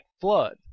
flood